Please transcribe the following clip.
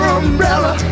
umbrella